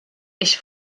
ich